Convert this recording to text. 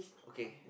okay